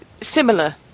similar